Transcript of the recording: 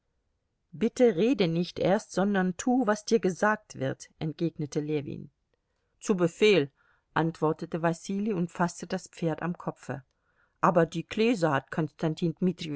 bitte rede nicht erst sondern tu was dir gesagt wird entgegnete ljewin zu befehl antwortete wasili und faßte das pferd am kopfe aber die kleesaat konstantin